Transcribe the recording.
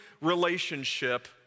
relationship